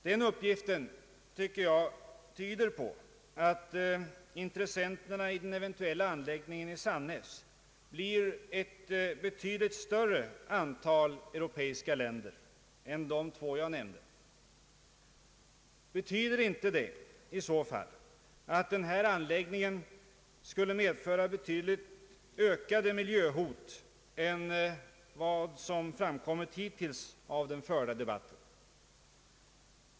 Den uppgiften tyder enligt min mening på att intressenterna i den eventuella anläggningen i Sannäs blir betydligt fler europeiska länder än de två jag nämnde. Innebär inte det, i så fall, att denna anläggning skulle medföra avsevärt större miljöhot än vad som framkommit av den hittills förda debatten?